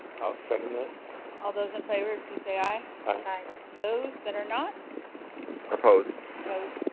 i'll second it all those in favor. please say aye okay, those that are not proposed closed.